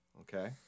Okay